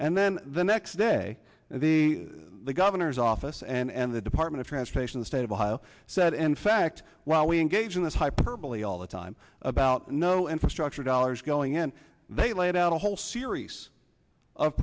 and then the next day the governor's office and the department of transportation the state of ohio said and fact while we engage in this hyperbole all the time about no infrastructure dollars going in they laid out a whole series of